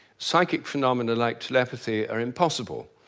psychic phenomena like telepathy are impossible.